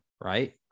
right